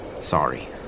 Sorry